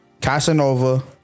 Casanova